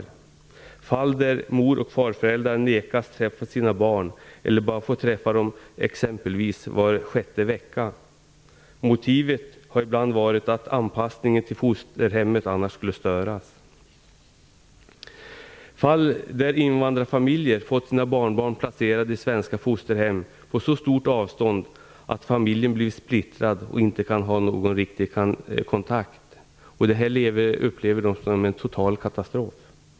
Det är fall där mor och farföräldrar nekats träffa sina barnbarn eller bara fått träffa dem exempelvis var sjätte vecka. Motivet har ibland varit att anpassningen till fosterhemmet annars skulle störas. Det är fall där invandrarfamiljer fått sina barnbarn placerade i svenska fosterhem på så stort avstånd att familjen blivit splittrad och inte kan ha någon riktig kontakt. Det här upplever de som en total katastrof.